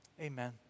Amen